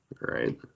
Right